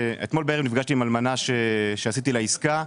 אתמול בערב נפגשתי עם אלמנה שעשיתי לה עסקה.